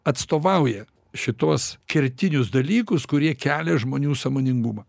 atstovauja šituos kertinius dalykus kurie kelia žmonių sąmoningumą